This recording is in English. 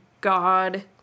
God